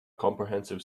comprehensive